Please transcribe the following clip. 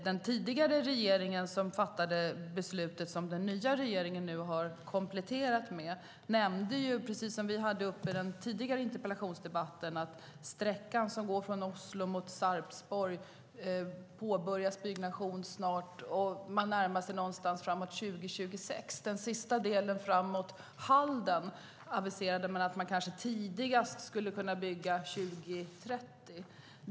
Den tidigare regeringen i Norge fattade det beslut som den nya regeringen nu har kompletterat, och byggnationen av sträckan från Oslo mot Sarpsborg påbörjas snart. Det kommer att pågå framåt 2026. Den sista delen till Halden har aviserats till att kunna byggas tidigast 2030.